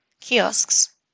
kiosks